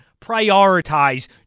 prioritize